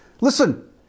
listen